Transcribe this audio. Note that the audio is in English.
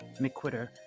McQuitter